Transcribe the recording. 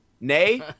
Nay